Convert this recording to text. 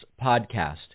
podcast